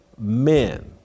Men